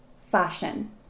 fashion